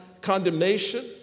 condemnation